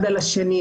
בעיננו.